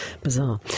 bizarre